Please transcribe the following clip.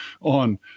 on